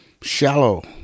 shallow